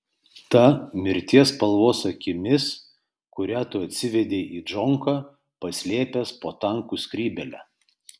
ta mirties spalvos akimis kurią tu atsivedei į džonką paslėpęs po tankų skrybėle